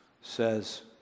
says